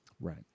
Right